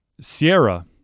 sierra